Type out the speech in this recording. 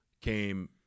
came